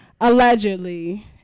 Allegedly